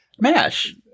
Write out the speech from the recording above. MASH